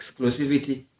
exclusivity